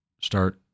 start